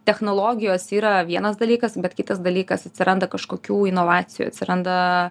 technologijos yra vienas dalykas bet kitas dalykas atsiranda kažkokių inovacijų atsiranda